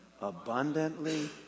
abundantly